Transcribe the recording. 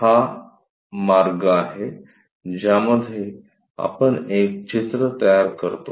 हा मार्ग आहे ज्यामध्ये आपण एक चित्र तयार करतो